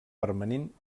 permanent